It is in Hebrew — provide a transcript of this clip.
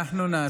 לא מגיע לו?